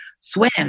swim